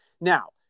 Now